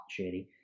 shitty